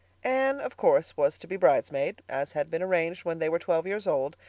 anne, of course, was to be bridesmaid, as had been arranged when they were twelve years old,